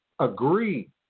agree